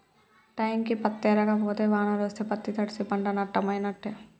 టైంకి పత్తేరక పోతే వానలొస్తే పత్తి తడ్సి పంట నట్టమైనట్టే